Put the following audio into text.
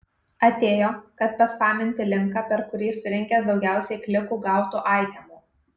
atėjo kad paspaminti linką per kurį surinkęs daugiausiai klikų gautų aitemų